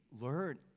learn